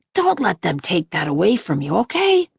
don't let them take that away from you, okay?